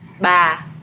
Ba